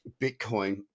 Bitcoin